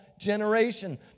generation